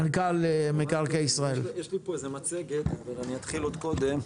יש לי פה מצגת, אבל אתחיל עוד קודם.